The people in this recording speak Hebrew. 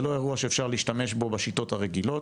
זה לא אירוע שאפשר להשתמש בו בשיטות הרגילות.